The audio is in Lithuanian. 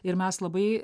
ir mes labai